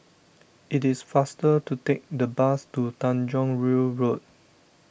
it is faster to take the bus to Tanjong Rhu Road